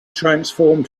transformed